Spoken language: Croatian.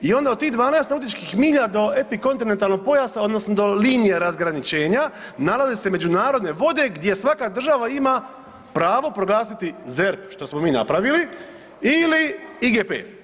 I onda od tih 12 nautičkih milja do epikontinentalnog pojasa, odnosno do linije razgraničenja nalaze se međunarodne vode gdje svaka država ima pravo proglasiti ZERP što smo mi napravili ili IGP.